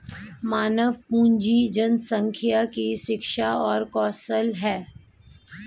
मानव पूंजी जनसंख्या की शिक्षा और कौशल है